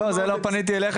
לא, בזה לא פניתי אלייך.